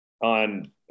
on